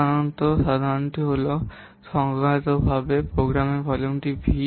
ধারণাটি হল স্বজ্ঞাতভাবে প্রোগ্রামের ভলিউম V